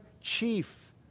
chief